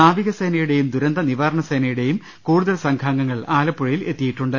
നാവികസേനയുടെയും ദുരന്ത നിവാരണ സേനയുടെയും കൂടുതൽ സംഘാംഗങ്ങൾ ആലപ്പുഴയിൽ എത്തിച്ചേർന്നിട്ടുണ്ട്